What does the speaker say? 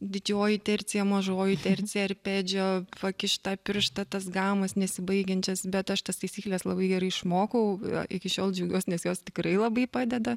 didžioji tercija mažoji tercija arpedžio pakišt tą pirštą tas gamas nesibaigiančias bet aš tas taisykles labai gerai išmokau iki šiol džiaugiuos nes jos tikrai labai padeda